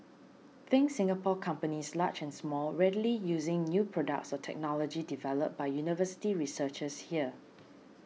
think Singapore companies large and small readily using new products or technology developed by university researchers here